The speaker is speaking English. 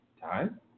time